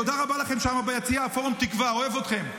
תודה רבה לכם, פורום תקווה שם ביציע, אוהב אתכם.